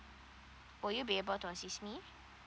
will you be able to assist me